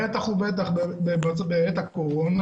בטח ובטח בעת הקורונה.